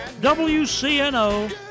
WCNO